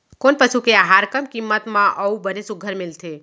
कोन पसु के आहार कम किम्मत म अऊ बने सुघ्घर मिलथे?